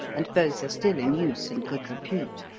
and both are still in use and good repute